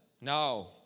No